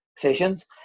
sessions